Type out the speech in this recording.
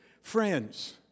friends